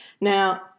Now